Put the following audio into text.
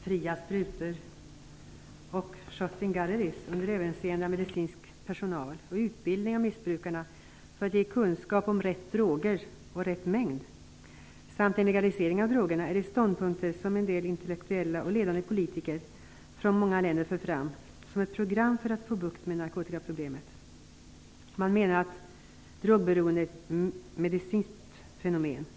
Fria sprutor och "shooting galleries" under överinseende av medicinsk personal, utbildning av missbrukarna för att ge kunskap om rätt droger och rätt mängd samt en legalisering av drogerna är de åtgärder som en del intellektuella och ledande politiker från många länder för fram som ett program för att få bukt med narkotikaproblemet. Man menar att drogberoendet är ett medicinskt fenomen.